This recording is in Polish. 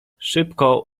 szybko